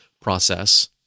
process